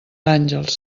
àngels